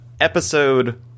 Episode